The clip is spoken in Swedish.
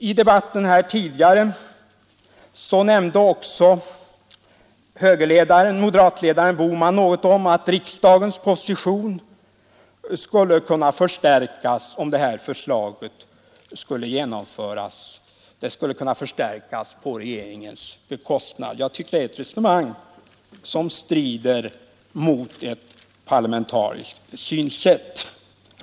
I debatten tidigare nämnde också moderatledaren herr Bohman något om att riksdagens position skulle kunna förstärkas på regeringens bekostnad, om detta förslag genomfördes. Jag tycker det är ett resonemang som strider mot ett parlamentariskt synsätt.